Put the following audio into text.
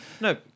No